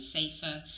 safer